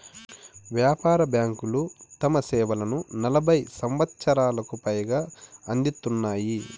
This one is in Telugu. వ్యాపార బ్యాంకులు తమ సేవలను నలభై సంవచ్చరాలకు పైగా అందిత్తున్నాయి